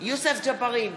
יוסף ג'בארין,